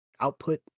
output